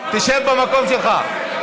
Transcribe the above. תשב במקום שלך.